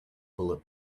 bullet